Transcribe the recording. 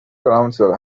council